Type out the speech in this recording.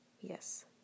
Yes